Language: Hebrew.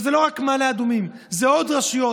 וזה לא רק מעלה אדומים, זה עוד רשויות.